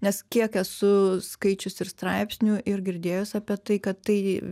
nes kiek esu skaičius ir straipsnių ir girdėjus apie tai kad tai